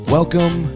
Welcome